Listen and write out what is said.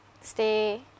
stay